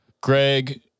Greg